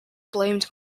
blamed